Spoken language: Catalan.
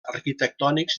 arquitectònics